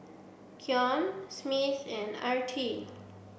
Keon Smith and Artie